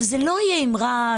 זה לא יהיה עם רעש,